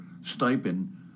stipend